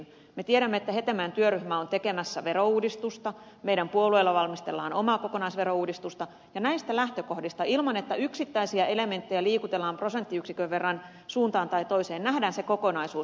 me tiedämme että hetemäen työryhmä on tekemässä verouudistusta meidän puolueemme valmistelee omaa kokonaisverouudistusta ja näistä lähtökohdista ilman että yksittäisiä elementtejä liikutellaan prosenttiyksikön verran suuntaan tai toiseen nähdään se kokonaisuus